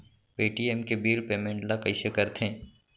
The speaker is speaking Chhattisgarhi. पे.टी.एम के बिल पेमेंट ल कइसे करथे?